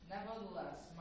Nevertheless